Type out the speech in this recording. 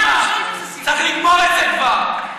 צריך לגמור את זה כבר.